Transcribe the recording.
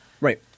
Right